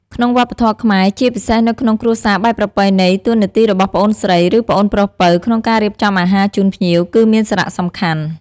ក្នុងវប្បធម៌ខ្មែរ ជាពិសេសនៅក្នុងគ្រួសារបែបប្រពៃណី តួនាទីរបស់ប្អូនស្រី ឬប្អូនប្រុសពៅ ក្នុងការរៀបចំអាហារជូនភ្ញៀវ គឺមានសារៈសំខាន់។